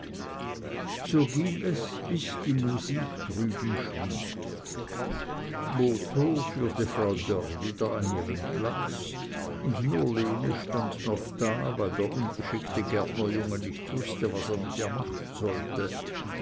so ging es bis die musik drüben schwieg botho führte frau dörr wieder an ihren platz und nur lene stand noch da weil der ungeschickte gärtnerjunge nicht wußte was er mit ihr machen sollte